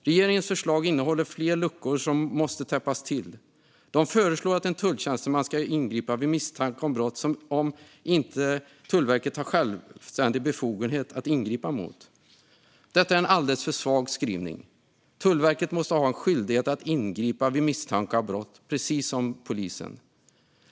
Regeringens förslag innehåller fler luckor som måste täppas till. Regeringen föreslår att en tulltjänsteman ska kunna ingripa vid misstanke om brott som inte Tullverket har självständig befogenhet att ingripa mot. Detta är en alldeles för svag skrivning. Tullverket måste ha en skyldighet att ingripa vid misstanke om brott, precis som polisen.